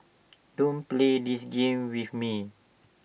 don't play this game with me